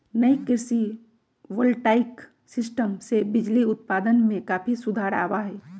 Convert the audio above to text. नई कृषि voltaic system से बिजली उत्पादन में काफी सुधार आवा हई